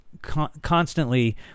constantly